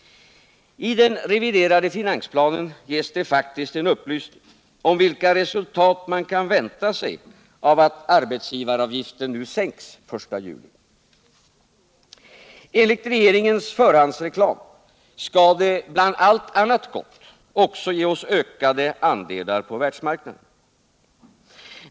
I den reviderde finansplanen ges det faktiskt en upplysning om vilka resultat man kan vänta sig av att arbetsgivaravgifterna sänks den I juli. Enligt regeringens förhandsreklam skall det, bland allt annat gott, också ge oss ökade andelar på världsmarknaden.